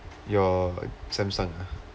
your Samsung ah